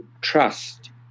trust